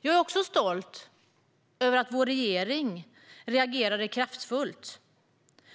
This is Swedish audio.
Jag är också stolt över att vår regering reagerade kraftfullt